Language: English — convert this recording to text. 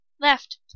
Left